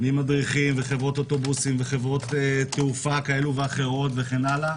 ממדריכים וחברות אוטובוסים וחברות תעופה וכן הלאה,